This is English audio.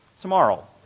Tomorrow